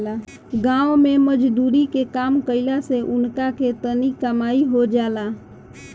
गाँव मे मजदुरी के काम कईला से उनका के तनी कमाई हो जाला